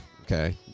okay